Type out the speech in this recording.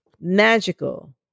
magical